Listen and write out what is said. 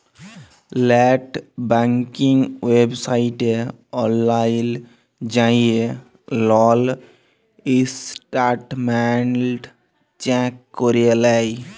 late banking ওয়েবসাইটে অললাইল যাঁয়ে লল ইসট্যাটমেল্ট চ্যাক ক্যরে লেই